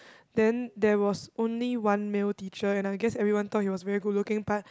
then there was only one male teacher and I guess everyone thought he was very good looking but